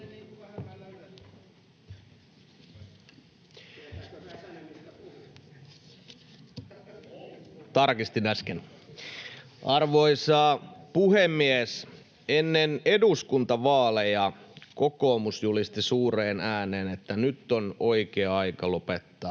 Tarkistin äsken. Arvoisa puhemies! Ennen eduskuntavaaleja kokoomus julisti suureen ääneen, että nyt on oikea aika lopettaa